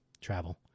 travel